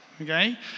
Okay